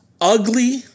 ugly